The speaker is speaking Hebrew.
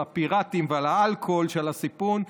על הפיראטים ועל האלכוהול שעל הסיפון?